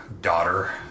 daughter